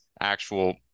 actual